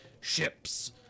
ships